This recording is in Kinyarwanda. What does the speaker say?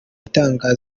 itangwa